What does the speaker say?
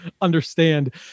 understand